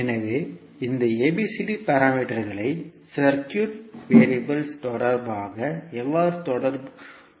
எனவே இந்த ஏபிசிடி பாராமீட்டர்களை சர்க்யூட் வெறியபிள் தொடர்பாக எவ்வாறு தொடர்புகொள்வோம்